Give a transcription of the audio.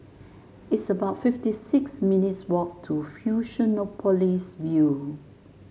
it's about fifty six minutes' walk to Fusionopolis View